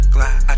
Glide